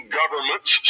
governments